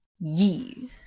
ye